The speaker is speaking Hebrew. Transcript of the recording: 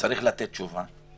צריך לתת תשובה.